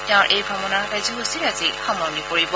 তেওঁৰ এই ভ্ৰমণৰ কাৰ্যসূচী আজি সামৰণি পৰিব